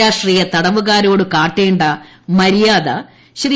രാഷ്ട്രീയ തടവുകാരോട് കാട്ടേണ്ട മര്യാദ ശ്രീ